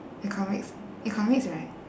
economics economics right